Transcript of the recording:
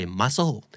muscle